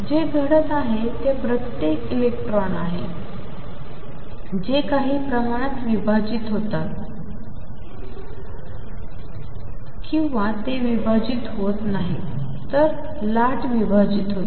जे घडत आहे ते प्रत्येक इलेक्ट्रॉन आहे जे काही प्रमाणात विभाजित होतात किंवा ते विभाजित होत नाहीत तर लाट विभाजित होते